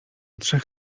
trzech